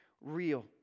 real